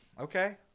Okay